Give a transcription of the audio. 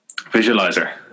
visualizer